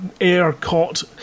air-caught